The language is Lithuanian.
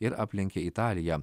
ir aplenkė italiją